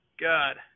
God